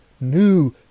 new